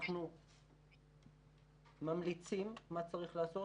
אנחנו ממליצים מה צריך לעשות,